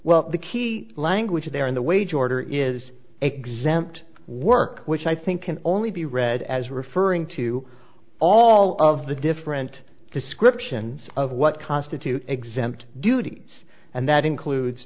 well the key language there in the wage order is a zent work which i think can only be read as referring to all of the different descriptions of what constitutes exempt duties and that includes